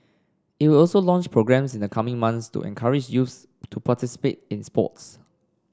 it will also launch programmes in the coming months to encourage youth to participate in sports